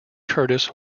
curtis